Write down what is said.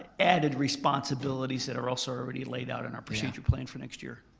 added responsibilities that are also already laid out in our procedure plan for next year.